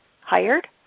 hired